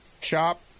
shop